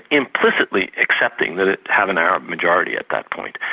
implicitly accepting that it have an arab majority at that point.